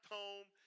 home